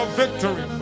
victory